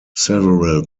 several